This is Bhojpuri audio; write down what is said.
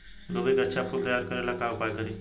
गोभी के अच्छा फूल तैयार करे ला का उपाय करी?